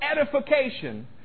edification